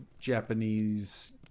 japanese